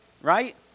Right